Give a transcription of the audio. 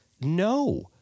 No